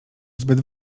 zbyt